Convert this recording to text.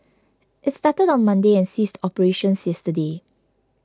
it started on Monday and ceased operations yesterday